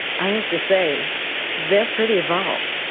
i have to say they are pretty evolved.